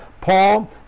Paul